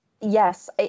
Yes